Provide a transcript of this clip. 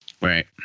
right